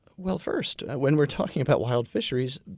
well first, when we're talking about wild fisheries,